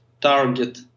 target